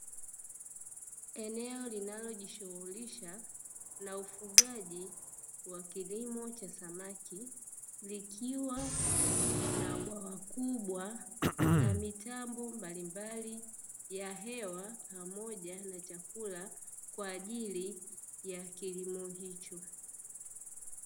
Eneo linalojishughulisha na ufugaji wa kilimo cha samaki, likiwa na bwawa kubwa na mitambo mbalimbali ya hewa, pamoja na chakula kwa ajili ya kilimo hicho.